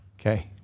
okay